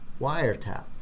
wiretap